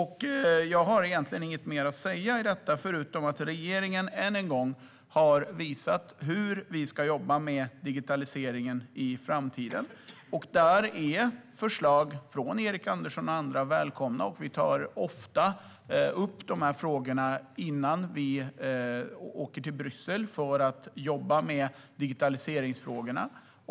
Jag har egentligen inget mer att säga i detta förutom att regeringen än en gång har visat hur vi ska jobba med digitaliseringen i framtiden. Där är förslag från Erik Andersson och andra välkomna. Vi tar ofta upp dessa frågor innan vi åker till Bryssel för att jobba med digitaliseringsfrågorna.